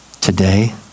today